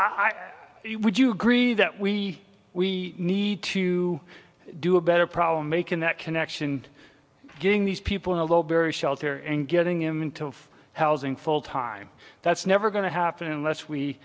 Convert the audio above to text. you would you agree that we we need to do a better problem making that connection and getting these people in a low barrier shelter and getting him into housing full time that's never going to happen unless we